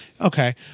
okay